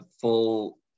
full